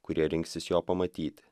kurie rinksis jo pamatyti